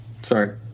Sorry